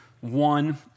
one